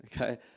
Okay